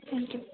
thank you